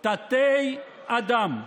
תתי-אדם.